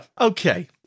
okay